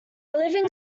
living